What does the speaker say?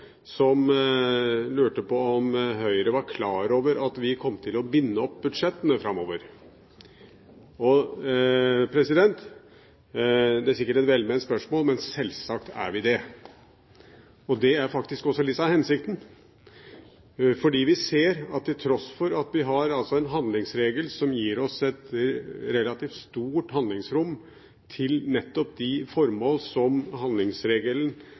som lurte på om Høyre var klar over at vi kom til å binde opp budsjettene framover. Det er sikkert et velment spørsmål, men selvsagt er vi det. Det er faktisk også litt av hensikten. For vi ser at til tross for at vi har en handlingsregel som gir oss et relativt stort handlingsrom til nettopp de formål som handlingsregelen